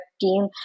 team